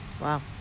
Wow